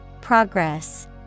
Progress